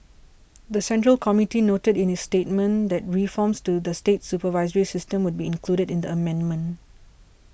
the Central Committee noted in its statement that reforms to the state supervisory system would be included in the amendment